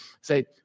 say